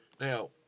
Now